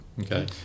okay